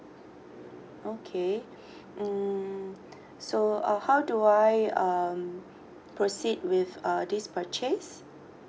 okay mm so uh how do I um proceed with uh this purchase